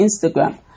Instagram